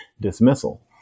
dismissal